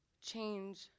change